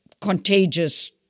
contagious